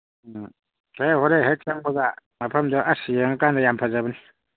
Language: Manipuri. ꯑꯥ ꯍꯣꯔꯦꯟ ꯍꯦꯛ ꯆꯪꯕꯒ ꯃꯐꯝꯗꯣ ꯑꯁ ꯌꯦꯡꯉꯀꯥꯟꯗ ꯌꯥꯝ ꯐꯖꯕꯅꯤ